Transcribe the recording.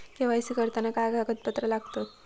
KYC करताना काय कागदपत्रा लागतत?